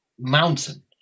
mountain